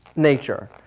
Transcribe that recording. nature.